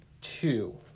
Two